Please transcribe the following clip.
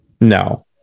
no